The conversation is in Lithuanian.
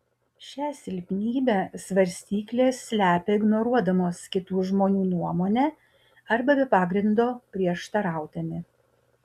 šią silpnybę svarstyklės slepia ignoruodamos kitų žmonių nuomonę arba be pagrindo prieštaraudami